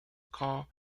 call